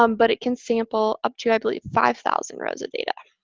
um but it can sample up to, i believe, five thousand rows of data.